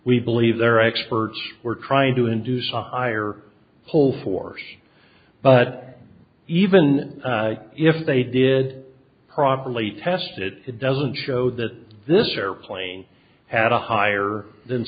we believe their experts were trying to induce a higher pull force but even if they did properly tested it doesn't show that this airplane had a higher than